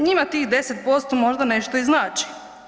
Njima tih 10% možda nešto i znači.